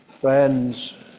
Friends